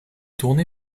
tourné